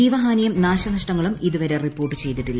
ജീവഹാനിയും നാശനഷ്ടങ്ങളും ഇതുവരെ റിപ്പോർട്ട് ചെയ്തിട്ടില്ല